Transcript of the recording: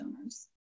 owners